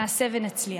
נעשה ונצליח.